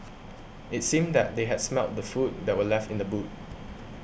it seemed that they had smelt the food that were left in the boot